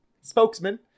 spokesman